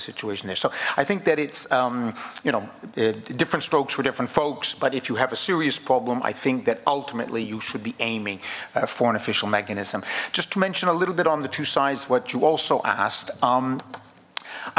situation there so i think that it's you know different strokes for different folks but if you have a serious problem i think that ultimately you should be aiming for an official mechanism just to mention a little bit on the two sides what you also